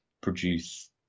produce